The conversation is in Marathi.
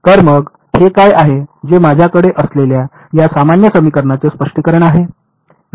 तर मग हे काय आहे जे माझ्याकडे असलेल्या या सामान्य समीकरणाचे स्पष्टीकरण आहे